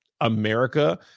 America